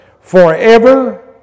Forever